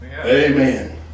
Amen